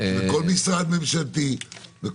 בכל משרד ממשלתי יש